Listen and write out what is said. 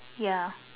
ya